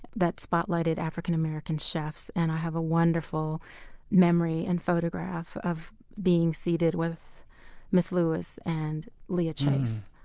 that spotlighted african american chefs and i have a wonderful memory and photograph of being seated with ms. lewis and leah chase.